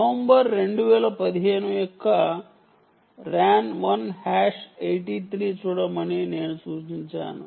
November 2015 యొక్క RAN 1 hash 83 చూడమని నేను సూచించాను